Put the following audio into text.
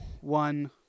one